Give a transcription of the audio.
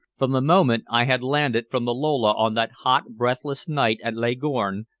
from the moment i had landed from the lola on that hot, breathless night at leghorn,